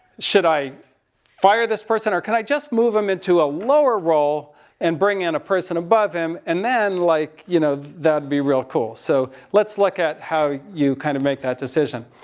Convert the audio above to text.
should i fire this person? or can i just move him into a lower role and bring in a person above him. and then, like, you know, that would be real cool. so, let's look at how you kind of make that decision.